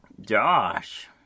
Josh